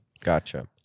Gotcha